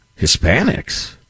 Hispanics